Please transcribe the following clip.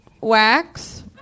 wax